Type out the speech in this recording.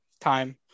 Time